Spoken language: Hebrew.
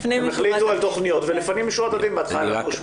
הם החליטו על תכניות ולפנים משורת הדין בהתחלה נתנו 8 מיליון,